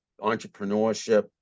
entrepreneurship